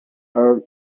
earl